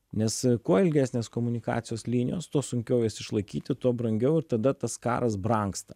nes kuo ilgesnės komunikacijos linijos tuo sunkiau jas išlaikyti tuo brangiau ir tada tas karas brangsta